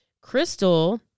Crystal